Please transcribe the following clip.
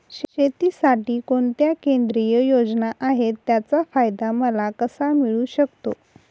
शेतीसाठी कोणत्या केंद्रिय योजना आहेत, त्याचा फायदा मला कसा मिळू शकतो?